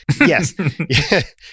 Yes